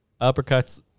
uppercuts